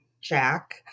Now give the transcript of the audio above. Jack